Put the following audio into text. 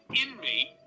inmate